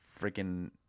freaking